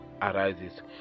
arises